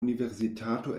universitato